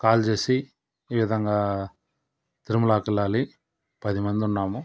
call చేసి ఈ విధంగా తిరుమలకు వెళ్ళాలి పదిమంది ఉన్నాము